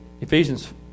Ephesians